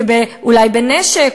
ואולי בנשק,